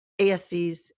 ASCs